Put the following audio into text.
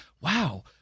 wow